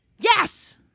Yes